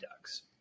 Ducks